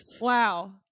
wow